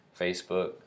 Facebook